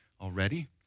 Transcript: already